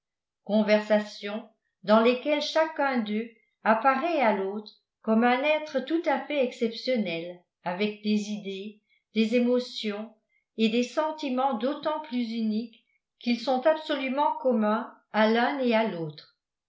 gens conversations dans lesquelles chacun d'eux apparaît à l'autre comme un être tout à fait exceptionnel avec des idées des émotions et des sentiments d'autant plus uniques qu'ils sont absolument communs à l'un et à l'autre